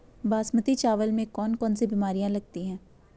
बासमती चावल में कौन कौन सी बीमारियां लगती हैं?